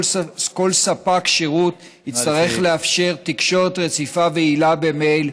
כל ספק שירות יצטרך לאפשר תקשורת רציפה ויעילה במייל,